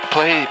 Play